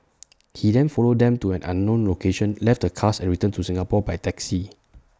he then followed them to an unknown location left the cars and returned to Singapore by taxi